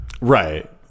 Right